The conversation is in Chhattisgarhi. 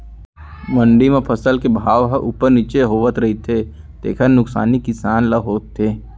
मंडी म फसल के भाव ह उप्पर नीचे होवत रहिथे तेखर नुकसानी किसान ल होथे